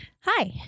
Hi